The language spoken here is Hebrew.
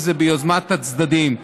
אם זה ביוזמת הצדדים.